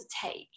take